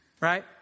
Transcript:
Right